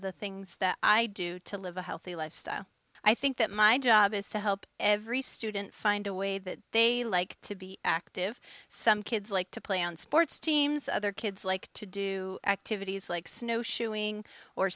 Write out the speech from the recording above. of the things that i do to live a healthy lifestyle i think that my job is to help every student find a way that they like to be active some kids like to play on sports teams other kids like to do activities like snow shoeing or